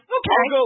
Okay